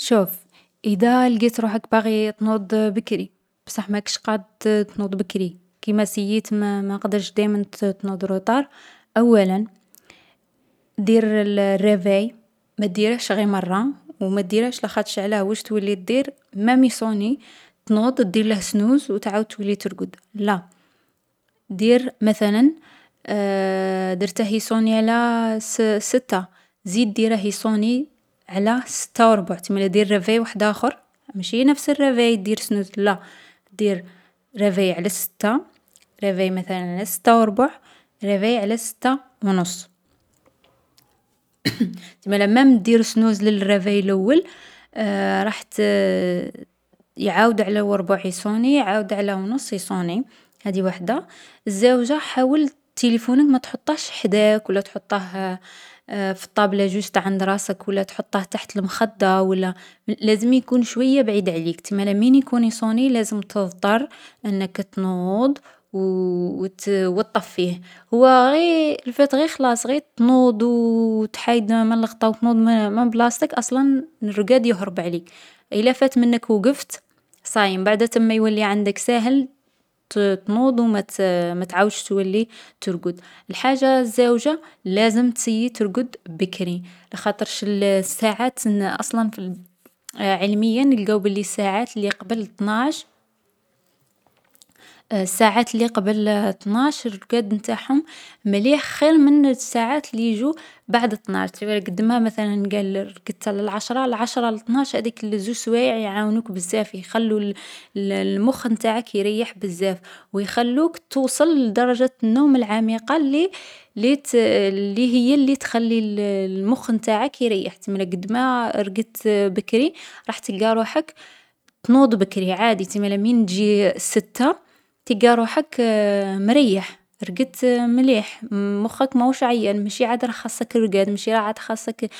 ﻿شوف، إذا لقيت روحك باغي تنوض بكري، بصح ماكش قاد تنوض بكري كيما سييت ما ما قدرتش، دايمن تنوض روطار: أولا، دير الرافاي، ما ديرهش غي مرة و ما ديرهش، لاخاطش علاه واش تولي دير مام يصوني، تنوض ديرله سنوز و تعاود تولي ترقد. لا دير، مثلا درته يصوني على الس الستة زيد ديره يصوني على الستة و ربع. تسمالا دير رافاي وحداخر، ماشي نفس الرافاي دير سنوز. لا، دير رافاي على الستة، رافاي مثلا على الستة و ربع و رافاي على الستة ونص. ستما ميم دير سنوز للرافاي اللول، راح ت يعاود على وربع يصوني، يعاود على ونص يصوني، هذي وحدة. الزاوجة حاول تليفونك ماتحطهش حداك ولا تحطه في الطابلة جوست عند رأسك، ولا تحطه تحت المخدة ولا. لازم يكون شوية بعيد عليك. مالا منين يكون يصوني لازم تضطر أنك تنوض و وت وطفيه. هو غي، لو فيت غير خلاص غير تنوض و تحايد من الغطا و تنوض من بلاستك أصلا الرقاد يهرب عليك. إلا فات منك وقفت، صايي مبعد ثما يولي عندك ساهل تنوض و ما تعاودش تولي ترقد. الحاجة الزاوجة لازم تسيي ترقد بكري، لاخاطرش الساعات أصلا علميا لقاو بلي الساعات اللي قبل ثناعش، الساعات اللي قبل ثناعش الرقاد نتاعهم مليح خير من الساعات اللي يجو بعد ثناعش. قدمها مثلا قال رقدت على العشرة لثناعش هذيك زوج سوايع يعاونوك بزاف، يخلو المخ نتاعك يريح بزاف، و يخلوك توصل لدرجة النوم العميقة اللي اللي هي اللي تخلي المخ نتاعك يريح. يتسمى قد ما رقدت بكري، راح تلقى روحك تنوض بكري عادي. يتسمى منين تجي الستة، تلقى روحك مريح، رقدت مليح، مخك ماهوش عيان ماشي عاد راه خصك الرقاد، ماشي عاد خصك